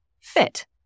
fit